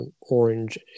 orange